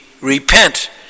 repent